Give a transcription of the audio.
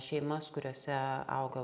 šeimas kuriose auga